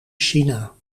china